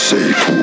Safe